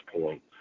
point